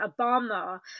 Obama